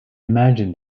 imagine